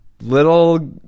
little